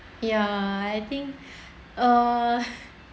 ya I think uh